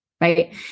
right